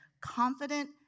confident